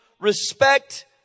respect